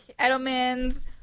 Edelman's